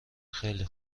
خیلی